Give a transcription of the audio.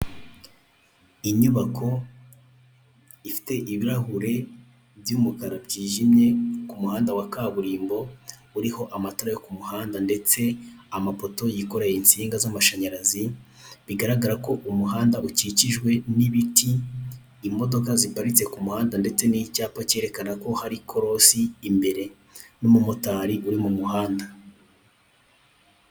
Inyubako ifite ibirahuri by'umukara byijimye ku muhanda wa kaburimbo uriho amatara yo ku muhanda ndetse amapoto yikoreye insinga z'amashanyarazi, bigaragara ko umuhanda ukikijwe n'ibiti, imodoka ziparitse ku muhanda ndetse n'icyapa cyerekana ko hari ikorosi imbere n'umumotari uri mu muhanda.